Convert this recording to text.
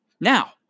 Now